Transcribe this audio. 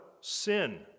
sin